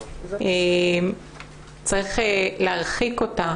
צריך להרחיק אותה